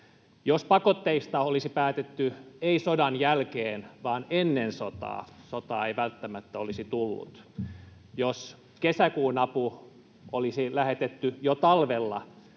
Jos pakotteista olisi päätetty ei sodan jälkeen vaan ennen sotaa, sotaa ei välttämättä olisi tullut. Jos kesäkuun apu olisi lähetetty jo talvella,